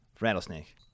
Rattlesnake